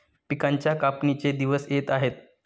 पिकांच्या कापणीचे दिवस येत आहेत